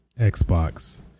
xbox